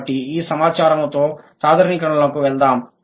కాబట్టి ఈ సమాచారంతో సాధారణీకరణలకు వెళ్దాం